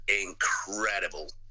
incredible